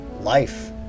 life